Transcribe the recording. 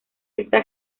está